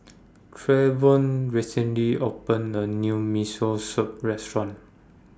Trevion recently opened A New Miso Soup Restaurant